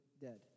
dead